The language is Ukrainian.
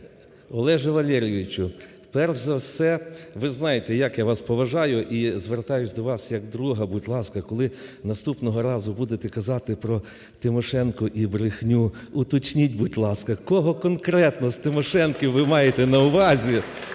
Олеже Валерійовичу, перш за все, ви знаєте, як я вас поважаю і звертаюсь до вас як до друга, будь ласка, коли наступного разу будете казати про Тимошенко і брехню, уточніть, будь ласка, кого конкретно з Тимошенків ви маєте на увазі.